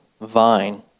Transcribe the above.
vine